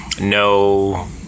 no